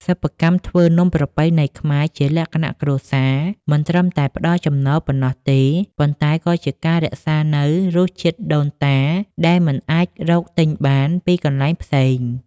សិប្បកម្មធ្វើនំប្រពៃណីខ្មែរជាលក្ខណៈគ្រួសារ មិនត្រឹមតែផ្ដល់ចំណូលប៉ុណ្ណោះទេ ប៉ុន្តែក៏ជាការរក្សានូវរសជាតិដូនតាដែលមិនអាចរកទិញបានពីកន្លែងផ្សេង។